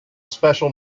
special